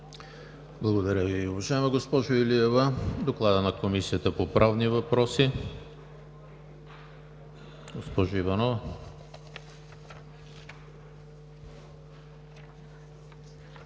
Благодаря Ви, уважаема госпожо Илиева. Доклад на Комисията по правни въпроси. Госпожо Иванова,